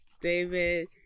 David